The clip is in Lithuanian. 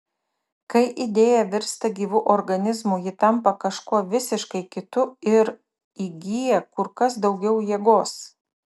kai idėja virsta gyvu organizmu ji tampa kažkuo visiškai kitu ir įgyja kur kas daugiau jėgos